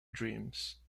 dreams